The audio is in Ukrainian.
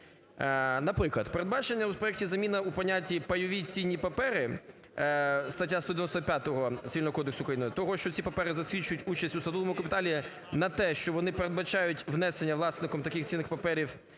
Наприклад, передбачена у проекті заміна у понятті "пайові цінні папери" (стаття 195 Цивільного кодексу України), того, що ці папери засвідчують участь у статутному капіталі, на те, що вони передбачають внесення власником таких цінних паперів